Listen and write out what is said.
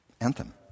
Anthem